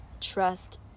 trust